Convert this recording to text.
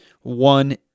one